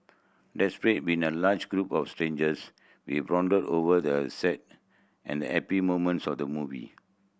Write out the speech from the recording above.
been a large group of strangers we bonded over the sad and happy moments of the movie